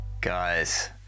Guys